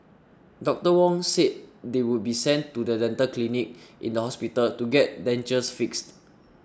Doctor Wong said they would be sent to the dental clinic in the hospital to get dentures fixed